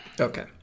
Okay